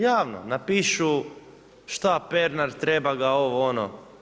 Javno napišu šta Pernar treba ga ovo, ono.